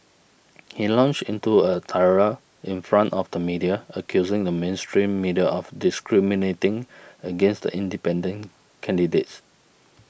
he launched into a tirade in front of the media accusing the mainstream media of discriminating against independent candidates